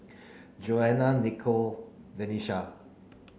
Joanna Nicolle Denisha